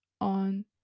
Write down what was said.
on